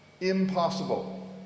impossible